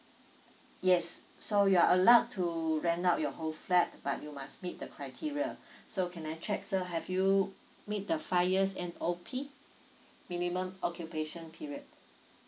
yes so you are allowed to rent out your whole flat but you must meet the criteria so can I check sir have you meet the five years M_O_P minimum occupation period